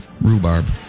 Rhubarb